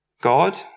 God